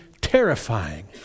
terrifying